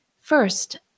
First